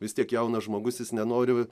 vis tiek jaunas žmogus jis nenori